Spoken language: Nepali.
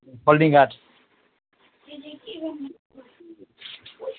फोल्डिङ खाट